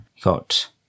got